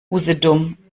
usedom